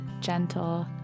gentle